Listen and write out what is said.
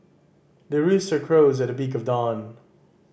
the rooster crows at the break of dawn